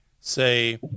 say